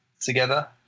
together